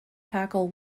tackle